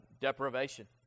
deprivation